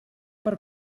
per